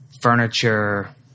furniture